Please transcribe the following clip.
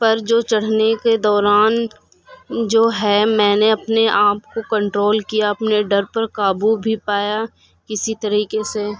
پر جو چڑھنے کے دوران جو ہے میں نے اپنے آپ کو کنٹرول کیا اپنے ڈر پر قابو بھی پایا کسی طریقے سے